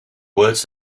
words